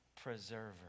preserver